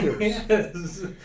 yes